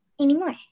anymore